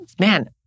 man